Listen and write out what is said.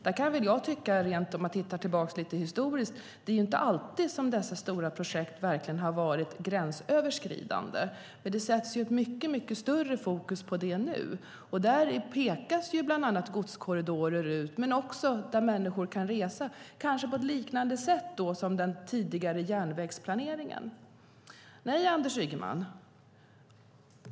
Där kan jag väl tycka, om man tittar tillbaka lite historiskt, att dessa stora projekt verkligen inte alltid har varit gränsöverskridande. Men det sätts mycket större fokus på det nu. Där pekas bland annat godskorridorer ut, men också hur människor kan resa, kanske på ett liknande sätt som den tidigare järnvägsplaneringen. Fru talman!